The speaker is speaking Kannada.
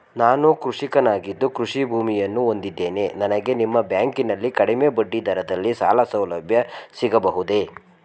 ನಾನು ಕೃಷಿಕನಾಗಿದ್ದು ಕೃಷಿ ಭೂಮಿಯನ್ನು ಹೊಂದಿದ್ದೇನೆ ನನಗೆ ನಿಮ್ಮ ಬ್ಯಾಂಕಿನಲ್ಲಿ ಕಡಿಮೆ ಬಡ್ಡಿ ದರದಲ್ಲಿ ಸಾಲಸೌಲಭ್ಯ ಸಿಗಬಹುದೇ?